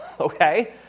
Okay